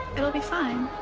it'll be fine.